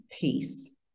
peace